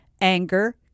anger